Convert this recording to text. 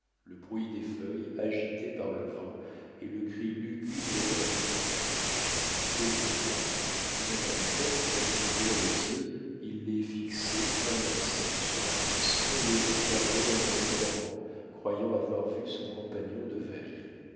le bruit des feuilles agitées par le vent et le cri lugubre d'un hibou quelquefois faisant un effort pour entrouvrir les yeux il les fixait un instant sur un buisson et les refermait involontairement croyant avoir vu son compagnon de